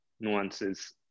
nuances